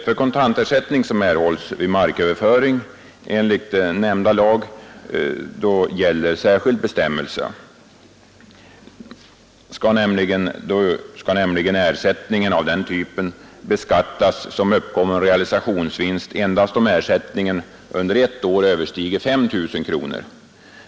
För kontantersättning som erhålls vid marköverföring enligt 5 kap. fastighetsbildningslagen gäller särskild skattebestämmelse. Ersättning av denna typ skall nämligen beskattas som uppkommen realisationsvinst endast om ersättningen under ett år överstiger 5 000 kronor.